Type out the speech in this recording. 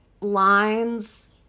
lines